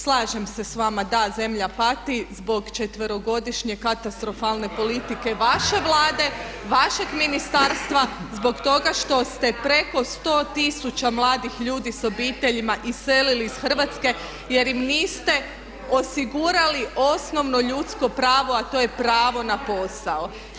Slažem se s vama, da zemlja pati zbog četverogodišnje katastrofalne politike vaše Vlade, vašeg ministarstva zbog toga što ste preko 100 tisuća mladih ljudi s obiteljima iselili iz Hrvatske jer im niste osigurali osnovno ljudsko pravo a to je pravo na posao.